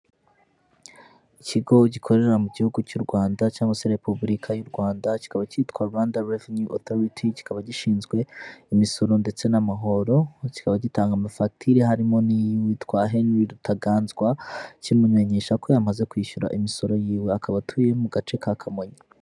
Ikigo gikorera mu gihugu cy'u Rwanda cyangwa se Repuburika y'u Rwanda, kikaba cyitwa Rwanda Revenue Authority, kikaba gishinzwe imisoro ndetse n'amahoro, kikaba gitanga amafagitire, harimo n'iy'witwa Henry Rutaganzwa, kimumenyesha ko yamaze kwishyura imisoro yiwe, akaba atuye mu gace ka Kamonyi.